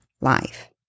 life